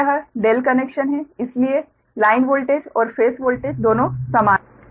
तो यह ∆ कनेक्शन है इसलिए लाइन वोल्टेज और फेस वोल्टेज दोनों समान हैं